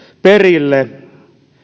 perille